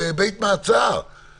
לכם אפשרות כזו במרפאות שלכם?